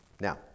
Now